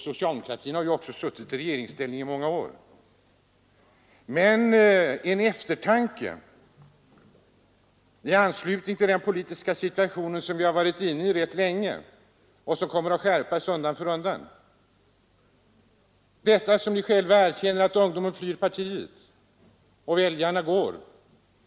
Socialdemokraterna har suttit i regeringsställning i många år, men det kanske finns plats för eftertanke i anslutning till den politiska situation som vi befunnit oss i och som kommer att skärpas undan för undan. Ni erkänner själva att ungdomen flyr partiet, att de unga väljarna går.